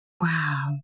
Wow